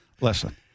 Listen